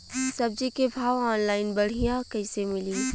सब्जी के भाव ऑनलाइन बढ़ियां कइसे मिली?